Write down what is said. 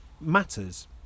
matters